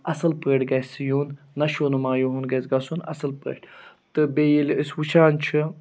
اَصٕل پٲٹھۍ گژھِ یُن نَشوٗنُما یِہُنٛد گژھِ گژھُن اَصٕل پٲٹھۍ تہٕ بیٚیہِ ییٚلہِ أسۍ وٕچھان چھِ